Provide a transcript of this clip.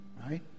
Right